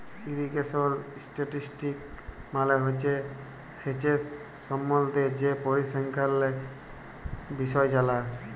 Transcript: irrigation statistics মালে হছে সেঁচের সম্বল্ধে যে পরিসংখ্যালের বিষয় জালা